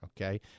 okay